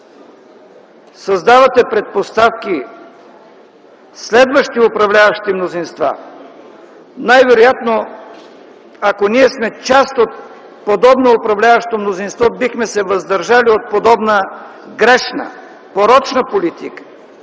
създавате предпоставки следващи управляващи мнозинства, най-вероятно ако ние сме част от подобно управляващо мнозинство, бихме се въздържали от подобна грешна, порочна политика.